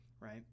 right